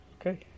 Okay